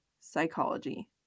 psychology